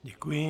Děkuji.